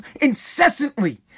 incessantly